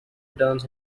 returns